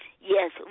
Yes